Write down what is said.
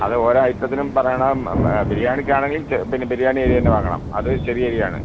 അത് ഓരോ ഐറ്റത്തിനും പറയണം മ ബിരിയാണിക്കാണെങ്കിൽ ചെ പിന്നെ ബിരിയാണി അരി തന്നെ വാങ്ങണം അത് ചെറിയരി ആണ്